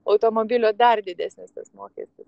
automobilio dar didesnis tas mokestis